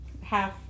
Half